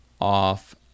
off